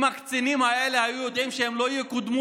אם הקצינים האלה היו יודעים שהם לא יקודמו